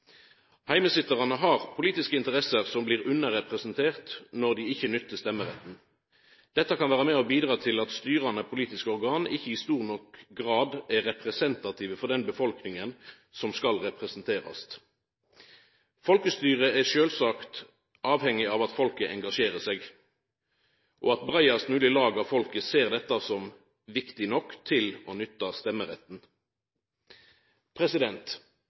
har politiske interesser som blir underrepresenterte når dei ikkje nyttar stemmeretten. Dette kan vera med på å bidra til at styrande politiske organ ikkje i stor nok grad er representative for den befolkninga som skal representerast. Folkestyre er sjølvsagt avhengig av at folket engasjerer seg, og at breiast mogleg lag av folket ser dette som viktig nok til å nytta stemmeretten.